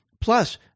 Plus